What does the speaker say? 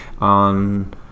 On